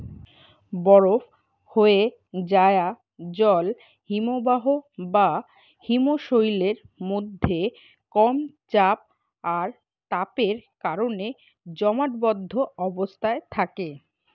বরফ হোয়ে যায়া জল হিমবাহ বা হিমশৈলের মধ্যে কম চাপ আর তাপের কারণে জমাটবদ্ধ অবস্থায় থাকে